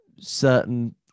certain